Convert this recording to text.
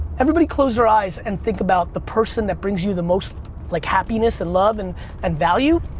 everybody close their eyes and think about the person that brings you the most like happiness and love and and value,